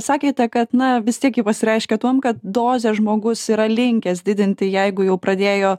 sakėte kad na vis tiek ji pasireiškia tuom kad dozę žmogus yra linkęs didinti jeigu jau pradėjo